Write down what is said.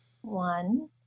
One